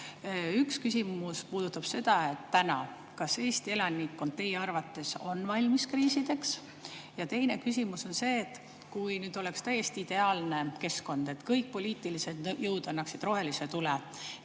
Üks küsimus puudutab seda, et kas täna Eesti elanikkond teie arvates on valmis kriisideks. Ja teine küsimus on see, et kui nüüd oleks täiesti ideaalne keskkond, kõik poliitilised jõud annaksid rohelise tule